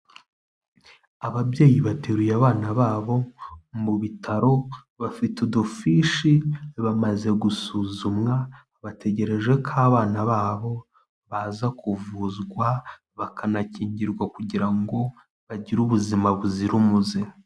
Ababyeyi bateruye abana babo mu bitaro, bafite udufishi bamaze gusuzumwa bategereje ko abana babo baza kuvuzwa bakanakingirwa kugira ngo bagire ubuzima buzira umuze.